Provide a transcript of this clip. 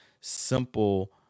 simple